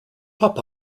pop